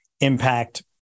impact